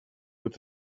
with